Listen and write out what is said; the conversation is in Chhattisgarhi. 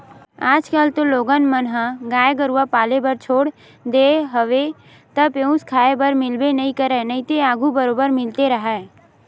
आजकल तो लोगन मन ह गाय गरुवा पाले बर छोड़ देय हवे त पेयूस खाए बर मिलबे नइ करय नइते आघू बरोबर मिलते राहय